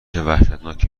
وحشتناکی